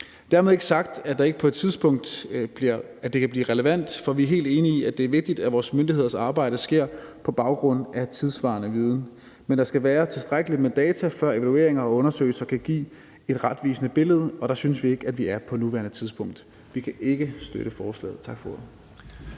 at det ikke på et tidspunkt kan blive relevant, for vi er helt enige i, at det er vigtigt, at vores myndigheders arbejde sker på baggrund af tidssvarende viden. Men der skal være tilstrækkeligt med data, før evalueringer og undersøgelser kan give et retvisende billede, og der synes vi ikke vi er på nuværende tidspunkt. Vi kan ikke støtte forslaget. Tak for